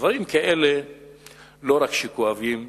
דברים כאלה לא רק כואבים.